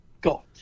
got